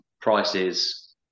prices